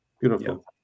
beautiful